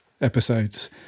episodes